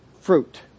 fruit